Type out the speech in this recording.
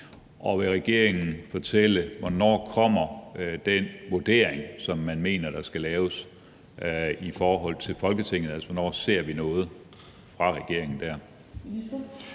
Og vil regeringen fortælle, hvornår den vurdering, som man mener der skal laves i forhold til Folketinget, kommer – altså, hvornår ser vi noget fra regeringen der?